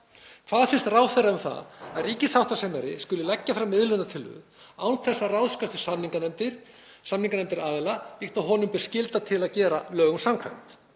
Hvað finnst ráðherra um það að ríkissáttasemjari skuli leggja fram miðlunartillögu án þess að ráðgast við samninganefndir aðila líkt og honum ber skylda til að gera lögum samkvæmt?